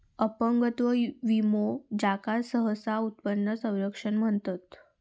अपंगत्व विमो, ज्याका सहसा उत्पन्न संरक्षण म्हणतत